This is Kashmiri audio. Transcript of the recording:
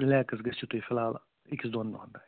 رِلیکٕس گٔژھِو تُہۍ فِلحال أکِس دۄن دۄہن تانۍ